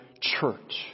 church